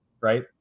right